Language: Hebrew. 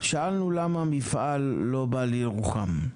שאלנו מפעל למה הוא לא בא לירוחם?